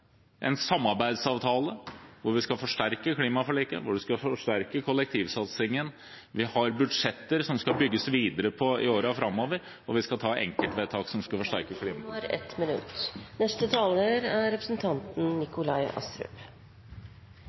en samarbeidsavtale som bl.a. går ut på at vi skal forsterke klimaforliket og kollektivsatsingen. Vi har budsjetter som det skal bygges videre på i årene framover, og vi skal ta enkeltvedtak som … Taletiden var 1 minutt. Representanten